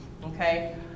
Okay